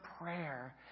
prayer